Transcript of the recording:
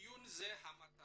בדיון זה המטרה